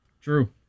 True